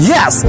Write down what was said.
Yes